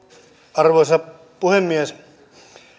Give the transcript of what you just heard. arvoisa puhemies